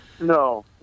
No